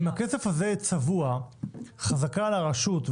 אם הכסף הזה צבוע חזקה על הרשות,